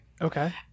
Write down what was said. Okay